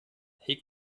hegt